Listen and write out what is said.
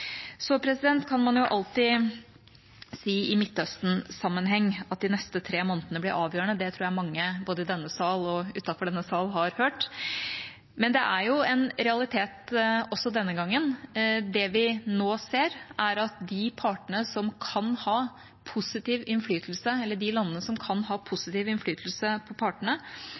kan man alltid si at de neste tre månedene blir avgjørende. Det tror jeg mange både i og utenfor denne sal har hørt. Men det er en realitet også denne gangen. Det vi nå ser, er at de partene som kan ha positiv innflytelse, eller de landene som kan ha positiv innflytelse på partene,